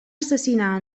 assassinar